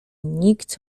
nikt